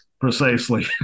Precisely